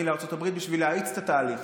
לארצות הברית בשביל להאיץ את התהליך,